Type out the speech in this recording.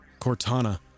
Cortana